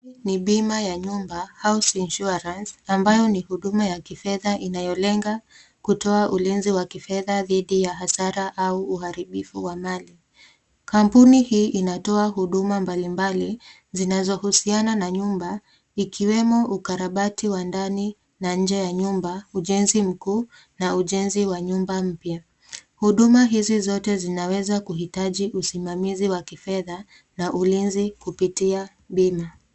Hii ni bima ya nyumba, house insurance ambayo ni huduma ya kifedha inayolenga kutoa ulinzi wa kifedha dhidi ya hasara au uharibifu wa mali. Kampuni hii inatoa huduma mbalimbali zinazohusiana na nyumba ikiwemo ukarabati wa ndani na nje ya nyumba, ujenzi mkuu na ujenzi wa nyumba mpya. Huduma hizi zote zinaweza kuhitaji usimamizi wa kifedha na ulinzi kupitia bima.